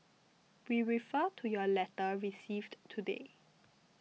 we refer to your letter received today